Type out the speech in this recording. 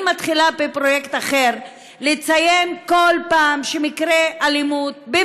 אני מתחילה בפרויקט אחר: לציין כל פעם שמקרה אלימות קורה,